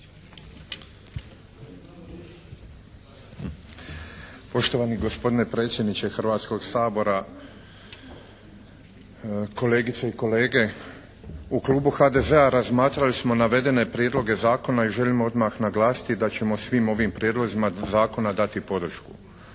Poštovani gospodine predsjedniče Hrvatskog sabora, kolegice i kolege! U klubu HDZ-a razmatrali smo navedene prijedloge zakona i želimo odmah naglasiti da ćemo svim ovim prijedlozima zakona dati podršku.